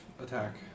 attack